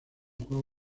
juego